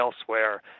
elsewhere